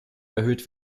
erhöht